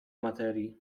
materii